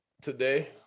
today